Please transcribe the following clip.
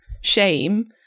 shame